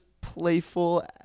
playful